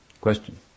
Question